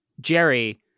Jerry